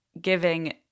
giving